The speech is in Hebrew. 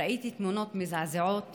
ראיתי תמונות מזעזעות